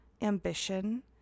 ambition